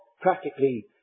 practically